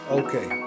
okay